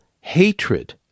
hatred